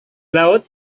laut